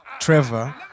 Trevor